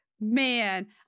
man